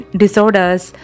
disorders